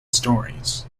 stories